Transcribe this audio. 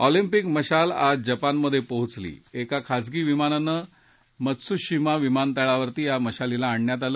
Olympic मशाल आज जपानमधे पोचली एका खासगी विमानानं मत्सुशिमा विमानतळावर या मशालीला आणण्यात आलं